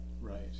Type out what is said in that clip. Right